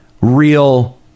real